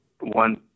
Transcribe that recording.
one